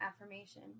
affirmation